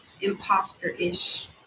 imposter-ish